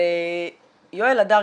יואל הדר,